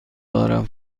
دارم